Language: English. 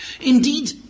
Indeed